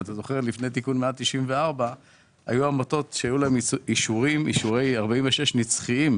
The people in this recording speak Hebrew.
בטח אתה זוכר שלפני תיקון 194 היו עמותות שהיו להן אישורי 46 נצחיים.